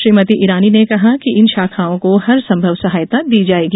श्रीमती ईरानी ने कहा कि इन शाखाओं को हर संभव सहायता दी जाएगी